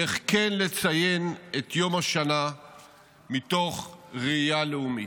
איך כן לציין את יום השנה מתוך ראייה לאומית.